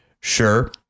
Sure